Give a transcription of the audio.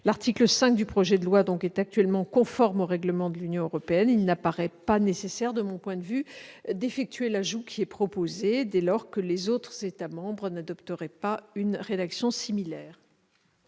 L'article 5 du projet de loi, dans sa rédaction actuelle, est conforme au règlement de l'Union européenne et il n'est pas nécessaire, de mon point de vue, d'effectuer l'ajout proposé, dès lors que les autres États membres n'adopteraient pas une rédaction similaire.